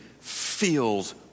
feels